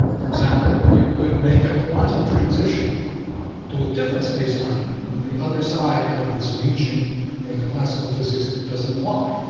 for example, you could make a quantum transition to a different spacetime on the other side of this region where the classical physics doesn't apply,